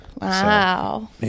Wow